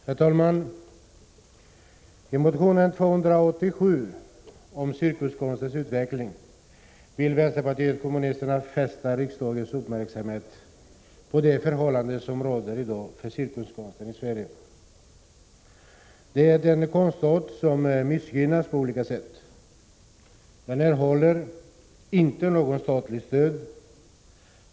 Herr talman! I motion Kr287 om cirkuskonstens utveckling vill vänsterpartiet kommunisterna fästa riksdagens uppmärksamhet på det förhållande som råder i dag för cirkuskonsten i Sverige. Den är en konstart som missgynnas på olika sätt. Den erhåller inte något statligt stöd.